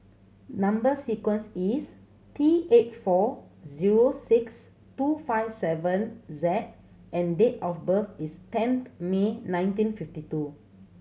number sequence is T eight four zero six two five seven Z and date of birth is tenth May nineteen fifty two